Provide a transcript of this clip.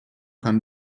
kann